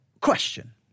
Question